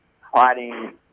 hiding